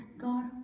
god